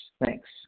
Thanks